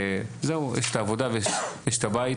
זהו, יש את העבודה ויש את הבית,